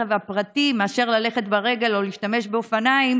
הפרטי מאשר ללכת ברגל או להשתמש באופניים,